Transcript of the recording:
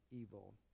evil